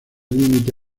límite